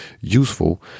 useful